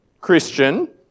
Christian